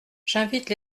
j’invite